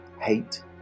hate